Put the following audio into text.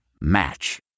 Match